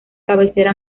cabecera